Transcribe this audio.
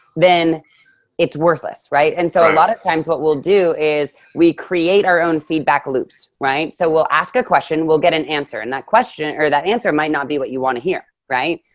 then it's worthless, right? and so a lot of times what we'll is we create our own feedback loops, right? so we'll ask a question, we'll get an answer. and that question or that answer might not be what you wanna hear, right?